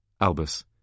Albus